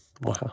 Wow